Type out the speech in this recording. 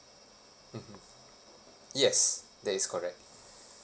mmhmm yes that is correct